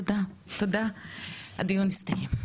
תודה, הדיון הסתיים.